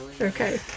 Okay